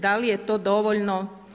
Da li je to dovoljno?